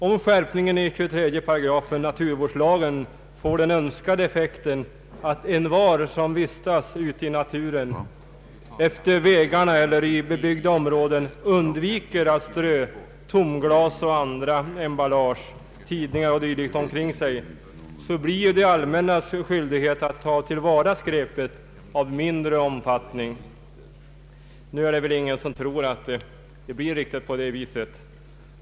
Om skärpningen i 23 § naturvårdslagen får den önskade effekten att envar som vistas ute i naturen, längs vägarna eller i bebyggda områden undviker att strö tomglas och andra emballage, tidningar o.d. omkring sig, blir ju det allmännas skyldighet att ta till vara skräpet av mindre omfattning. Nu är det väl ingen som tror att det blir riktigt på det viset.